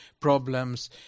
problems